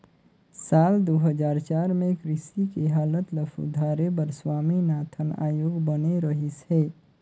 साल दू हजार चार में कृषि के हालत ल सुधारे बर स्वामीनाथन आयोग बने रहिस हे